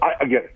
again